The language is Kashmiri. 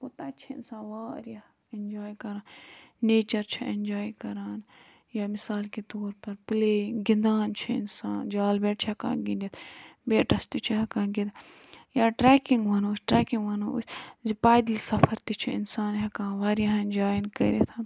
تَتہِ چھُ اِنسان واریاہ ایٚنجوٛاے کرَان نیچَر چھُ ایٚنجوٛاے کَران یا مِثال کے طور پر پٕلییِنٛگ گِنٛدان چھُ اِنسان جھال بیٹ چھُ ہیٚکان گِنٛدِتھ بیٹَس تہِ چھُ ہیٚکان گِنٛدِتھ یا ٹرٛیکِنٛگ وَنو أسۍ ٹرٛیکِنٛگ وَنو أسۍ زِ پایدٔلۍ سَفر تہِ چھُ اِنسان ہیٚکان واریاہَن جایَن کٔرِتھ